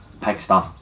Pakistan